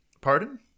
Pardon